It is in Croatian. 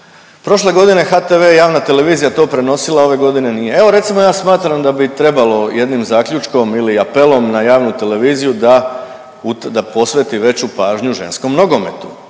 prošle godine HTV javna televizija je to prenosila, a ove godine nije. Evo recimo ja smatram da bi trebalo jednim zaključkom ili apelom na javnu televiziju da posveti veću pažnju ženskom nogometu.